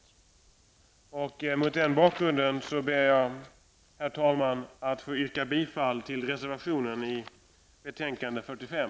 Mot denna bakgrund ber jag, herr talman, att få yrka bifall till reservationen i betänkande 45.